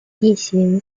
地形